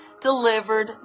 delivered